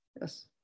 Yes